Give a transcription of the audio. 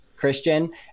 Christian